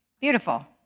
Beautiful